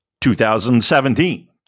2017